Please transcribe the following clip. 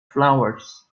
flowers